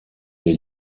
les